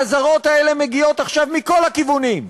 האזהרות האלה מגיעות עכשיו מכל הכיוונים,